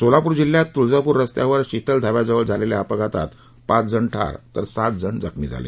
सोलापूर जिल्ह्यात तुळजापूर रस्त्यावर शितल धाब्याजवळ झालेल्या अपघातात पाच जण ठार तर सात जण जखमी झाले